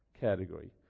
category